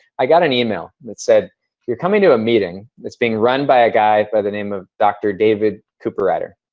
i got an email that said you're coming to a meeting that's being run by a guy by the name of dr. david cooperrider,